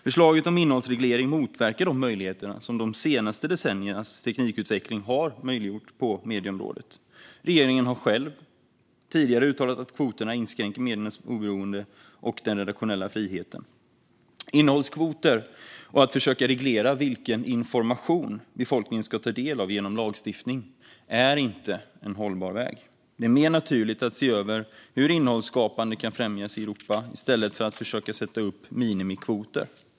Förslaget om innehållsreglering motverkar de möjligheter som de senaste decenniernas teknikutveckling har medfört på medieområdet. Regeringen har själv tidigare uttalat att kvoterna inskränker mediernas oberoende och den redaktionella friheten. Innehållskvoter och att genom lagstiftning försöka reglera vilken information befolkningen ska ta del av är inte en hållbar väg. Det är mer naturligt att se över hur innehållsskapande kan främjas i Europa i stället för att försöka sätta upp minimikvoter.